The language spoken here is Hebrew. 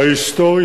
ההיסטורי,